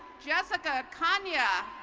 jessica kanye.